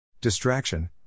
Distraction